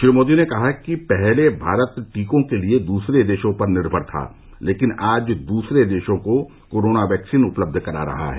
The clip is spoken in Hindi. श्री मोदी ने कहा कि पहले भारत टीकों के लिए दूसरे देशों पर निर्मर था लेकिन आज दूसरे देशों को कोरोना वैक्सीन उपलब्ध करा रहा है